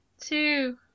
two